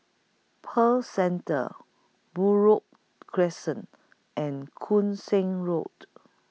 Pearl Centre Buroh Crescent and Koon Seng Road